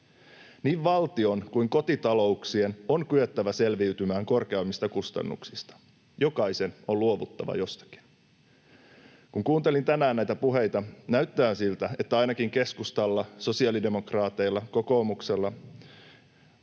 Niin valtion kuin kotitalouksien on kyettävä selviytymään korkeammista kustannuksista. Jokaisen on luovuttava jostakin. Kun kuuntelin tänään näitä puheita, näyttää siltä, että ainakin keskustalla, sosiaalidemokraateilla ja kokoomuksella